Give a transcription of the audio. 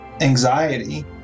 anxiety